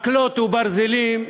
מקלות וברזלים,